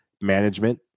management